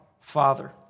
Father